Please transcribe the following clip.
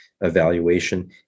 evaluation